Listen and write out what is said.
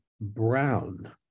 Brown